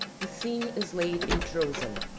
the scene is laid in trozen.